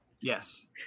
Yes